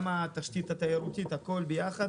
גם תשתית תיירותית הכול יחד.